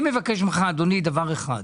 אני מבקש ממך אדוני דבר אחד.